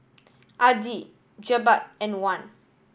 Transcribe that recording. Adi Jebat and Wan